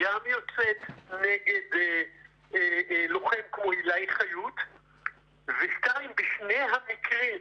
גם יוצאת נגד לוחם כמו עילי חיות ובשני המקרים,